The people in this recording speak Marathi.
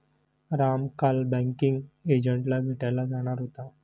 राम काल बँकिंग एजंटला भेटायला जाणार होता